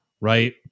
right